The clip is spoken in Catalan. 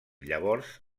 llavors